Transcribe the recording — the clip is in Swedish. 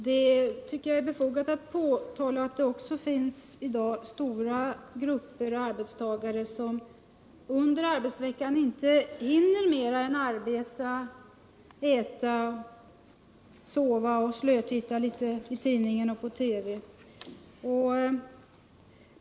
Herr talman! I dag finns stora grupper arbetstagare som under arbetsveckan inte hinner mer än arbeta, äta, sova och slötitta litet i tidningen och på TV.